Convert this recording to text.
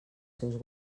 seus